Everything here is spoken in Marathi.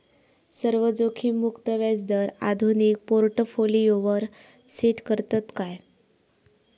सर्व जोखीममुक्त व्याजदर आधुनिक पोर्टफोलियोवर सेट करतत काय?